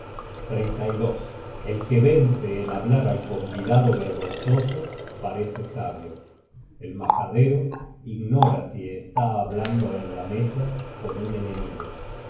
te parecerán sabios el que vence en hablar al convidado vergonzoso parece sabio el majadero ignora si está hablando en la mesa con un enemigo